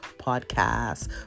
podcast